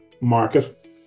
market